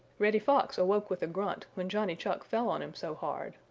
reddy fox awoke with a grunt when johnny chuck fell on him so hard,